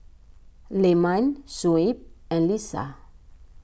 Leman Shuib and Lisa